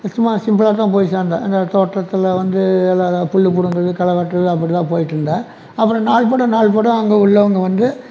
சும்மா சிம்பிளாகதான் போய் சேர்ந்தேன் அந்த தோட்டத்தில் வந்து வேலை அதான் புல் பிடுங்கறது களை வெட்டுறது அப்படிதான் போயிட்டிருந்தேன் அப்புறம் நாள்பட நாள்பட அங்கே உள்ளவங்க வந்து